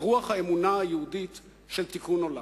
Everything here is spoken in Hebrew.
ברוח האמונה היהודית של תיקון עולם.